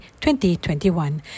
2021